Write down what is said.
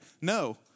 No